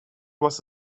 was